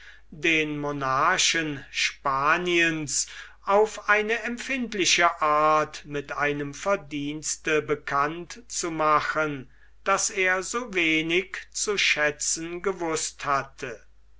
den monarchen spaniens auf eine empfindliche art mit einem verdienste bekannt zu machen das er so wenig zu schätzen gewußt hatte